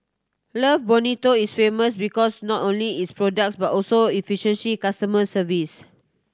love Bonito is famous because not only its products but also efficiency customer service